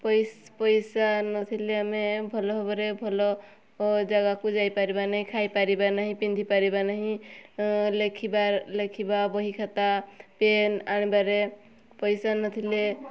ପଇସା ନଥିଲେ ଆମେ ଭଲ ଭାବରେ ଭଲ ଜାଗାକୁ ଯାଇ ପାରିବା ନାହିଁ ଖାଇ ପାରିବା ନାହିଁ ପିନ୍ଧିପାରିବା ନାହିଁ ଲେଖିବା ଲେଖିବା ବହି ଖାତା ପେନ୍ ଆଣିବାରେ ପଇସା ନଥିଲେ